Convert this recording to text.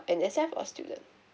N_S_F or student